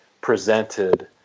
presented